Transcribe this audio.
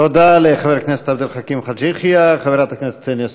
תודה לחבר הכנסת עבד אל חכים חאג' יחיא.